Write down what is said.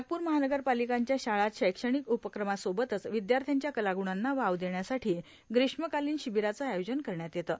नागपूर महानगरपालिकांच्या शाळांत शैक्षाणक उपक्रमांसोबतच र्ववद्याथ्याच्या कलागुणांना वाव देण्यासाठी ग्रीष्मकालांन र्शांबराचं आयोजन करण्यात येतं